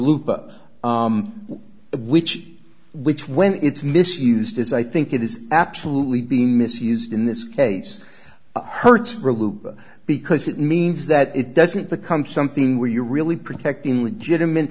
loop of which which when it's misused as i think it is absolutely being misused in this case hurts real loop because it means that it doesn't become something where you're really protecting legitimate